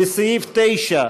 לסעיף 9,